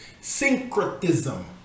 syncretism